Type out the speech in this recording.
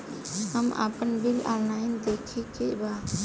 हमे आपन bill online देखे के बा?